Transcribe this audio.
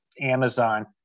Amazon